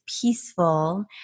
peaceful